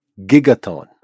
gigaton